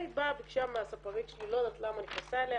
לא יודעת למה נכנסה לספרית שלי,